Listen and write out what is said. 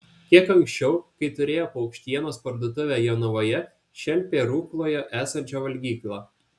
kiek anksčiau kai turėjo paukštienos parduotuvę jonavoje šelpė rukloje esančią valgyklą